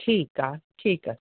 ठीकु आहे ठीकु आहे